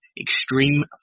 Extreme